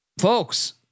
folks